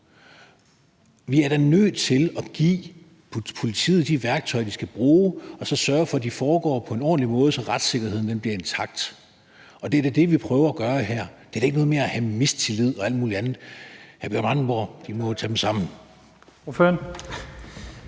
Vi er nødt til at give politiet de værktøjer, de skal bruge, og så sørge for, at det foregår på en ordentlig måde, sådan at retssikkerheden forbliver intakt. Og det er da det, vi prøver at gøre her; det er da ikke noget med at have mistillid og alt muligt andet. Hr. Bjørn Brandenborg, de må tage dem sammen!